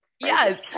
yes